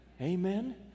Amen